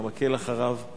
את המקל אחריו,